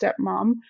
stepmom